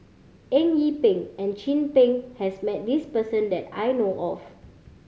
Eng Yee Peng and Chin Peng has met this person that I know of